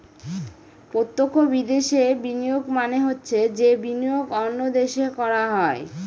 প্রত্যক্ষ বিদেশে বিনিয়োগ মানে হচ্ছে যে বিনিয়োগ অন্য দেশে করা হয়